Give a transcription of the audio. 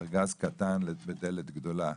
ארגז קטן לדלת גדולה,